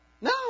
No